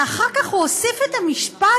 ואחר כך הוא הוסיף את המשפט,